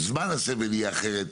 זמן הסבל יהיה אחר.